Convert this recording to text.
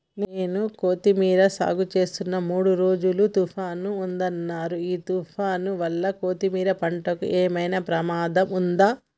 నేను కొత్తిమీర సాగుచేస్తున్న మూడు రోజులు తుఫాన్ ఉందన్నరు ఈ తుఫాన్ వల్ల కొత్తిమీర పంటకు ఏమైనా ప్రమాదం ఉందా?